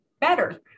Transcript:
better